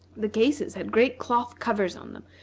the cases had great cloth covers on them,